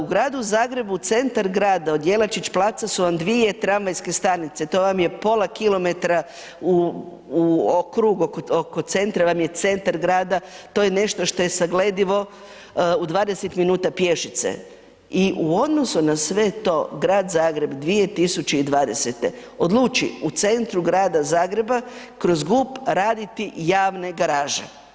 U Gradu Zagrebu centar grada od Jelačić placa su vam dvije tramvajske stanice, to vam je pola km u krug oko centra vam je centar grada to je nešto što je sagledivo u 20 minuta pješice i u odnosu na sve to Grad Zagreb 2020. odluči u centru Grada Zagreba kroz GUP raditi javne garaže.